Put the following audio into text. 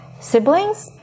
siblings